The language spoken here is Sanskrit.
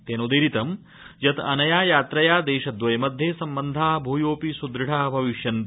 तेनोदीरितं यत् अनया यात्रया देशद्रयमध्ये सम्बन्धा भूयोऽपि सुदृढा भविष्यति